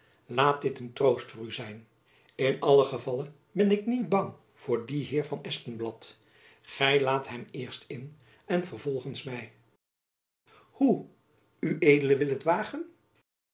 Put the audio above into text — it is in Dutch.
laat dit een troost voor u zijn in allen gevalle ben ik niet bang voor dien heer van espenblad gy laat hem eerst in en vervolgends my hoe ued wil het wagen